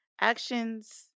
actions